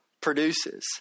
Produces